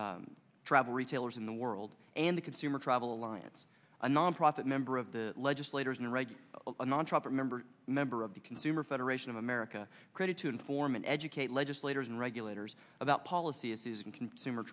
professional travel retailers in the world and the consumer travel alliance a nonprofit member of the legislators and regular a nonprofit member member of the consumer federation of america credit to inform and educate legislators and regulators about policy issues and consumer